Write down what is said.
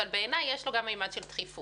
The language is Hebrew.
אבל בעיניי יש לו גם ממד של דחיפות.